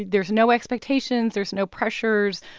there's no expectations. there's no pressures.